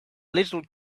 little